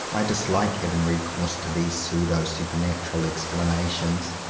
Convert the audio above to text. i dislike having re course to these pseudo-supernatural ex planations.